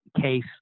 case